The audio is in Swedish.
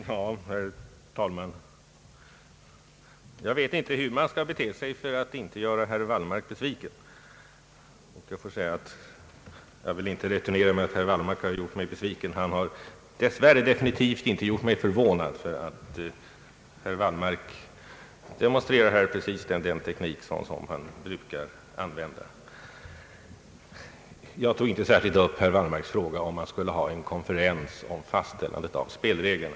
Herr talman! Jag vet inte hur man skall bete sig för att inte göra herr Wallmark besviken. Jag vill inte returnera med att säga att herr Wallmark har gjort mig besviken. Han har dessvärre inte ens gjort mig förvånad; herr Wallmark demonstrerar i detta ärende den teknik som han brukar använda. Jag tog inte särskilt upp herr Wallmarks fråga, om vi skulle ha en konferens rörande fastställandet av spelreglerna.